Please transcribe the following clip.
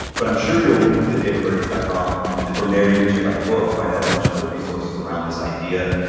but i'm sure you'll link to davidburkus dot com and from there you can check out the book, find out a bunch of other resources around this idea.